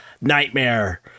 nightmare